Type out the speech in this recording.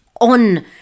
on